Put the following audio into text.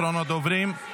אחרון הדוברים.